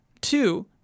two